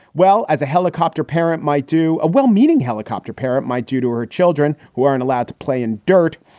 well, as a helicopter parent might do, a well-meaning helicopter parent might do to her children who aren't allowed to play in dirt.